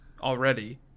already